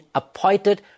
appointed